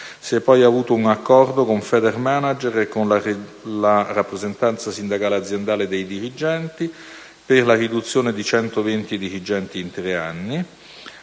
Si è poi avuto un accordo con Federmanager e la rappresentanza sindacale aziendale dei dirigenti, per la riduzione di 120 dirigenti in tre anni,